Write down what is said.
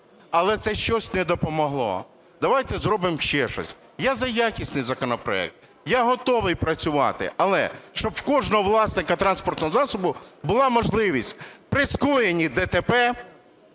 але це "щось" не допомогло, давайте зробимо ще щось. Я за якісний законопроект. Я готовий працювати. Але щоб у кожного власника транспортного засобу була можливість при скоєнні ДТП…